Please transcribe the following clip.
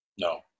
No